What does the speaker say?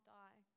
die